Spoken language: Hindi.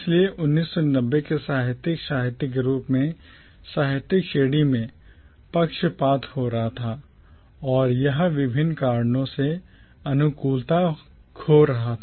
इसलिए 1990 के साहित्यिक साहित्य के रूप में साहित्यिक श्रेणी में पक्षपात हो रहा था और यह विभिन्न कारणों से अनुकूलता खो रहा था